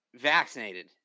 vaccinated